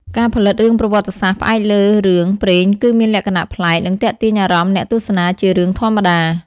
ការផលិតរឿងប្រវត្តិសាស្ត្រផ្អែកលើរឿងព្រេងគឺមានលក្ខណៈប្លែក និងទាក់ទាញអារម្មណ៍អ្នកទស្សនាជាងរឿងធម្មតា។